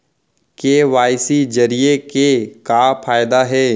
KYC जरिए के का फायदा हे?